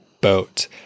boat